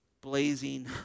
blazing